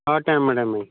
हां टैम्मां टैम्मां दी